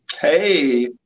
Hey